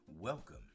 Welcome